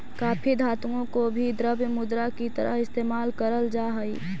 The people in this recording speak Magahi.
काफी धातुओं को भी द्रव्य मुद्रा की तरह इस्तेमाल करल जा हई